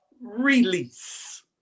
release